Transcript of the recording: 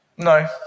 No